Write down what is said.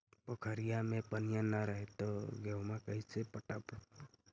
पोखरिया मे पनिया न रह है तो गेहुमा कैसे पटअब हो?